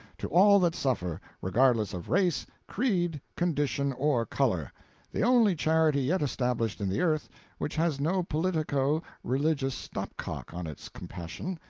to all that suffer, regardless of race, creed, condition or color the only charity yet established in the earth which has no politico-religious stop cock on its compassion,